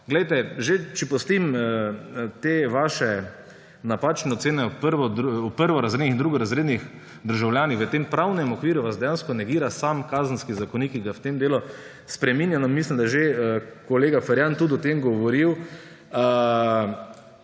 Že če pustim vaše napačne ocene o prvorazrednih in drugorazrednih državljanih, vas v pravnem okviru dejansko negira sam Kazenski zakonik, ki ga v tem delu spreminjamo, mislim, da je že tudi kolega Ferjan o tem govoril.